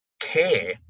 care